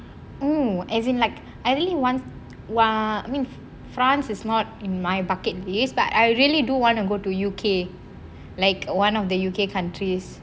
oh as in like I really want !wah! I mean france is not in my bucket list but I really do want to go to U_K like one of the U_K countries